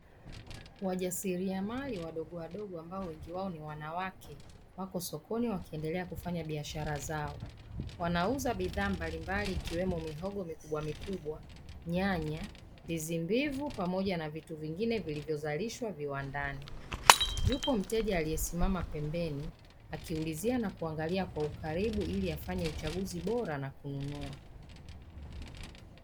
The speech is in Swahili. Wajasiriamali wadogowadogo ambao wengi wao ni wanawake wako sokoni wakiendelea kufanya biashara zao wanauza bidhaa mbalimbali ikiwemo mihogo mikubwa mikubwa ndizi mbivu pamoja na vilivyozalishwa viwandani yuko mteja aliyesimama pembeni akiulizia na kuangalia kwa ukaribu ili afanye uchaguzi bora na kununua.